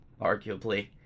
arguably